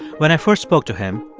when i first spoke to him,